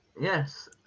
Yes